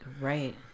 Right